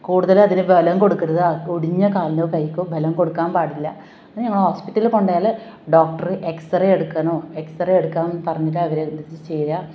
കൂടുതലും അതിന് ബലം കൊടുക്കരുത് ആ ഒടിഞ്ഞ കാലിനോ കൈക്കൊ ബലം കൊടുക്കാൻ പാടില്ല പിന്നെ ഞങ്ങൾ ഹോസ്പിറ്റലിൽ കൊണ്ട് പോയാൽ ഡോക്ടർ എക്സ് റേ എടുക്കണോ എക്സ് റേ എടുക്കാൻ പറഞ്ഞില്ല അവർ എന്ത് ചെയ്യുക